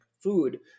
food